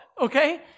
okay